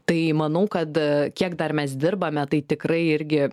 tai manau kad kiek dar mes dirbame tai tikrai irgi